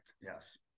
Yes